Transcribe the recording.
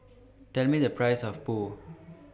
Tell Me The Price of Pho